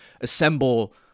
assemble